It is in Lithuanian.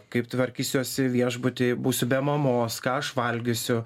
kaip tvarkysiuosi viešbuty būsiu be mamos ką aš valgysiu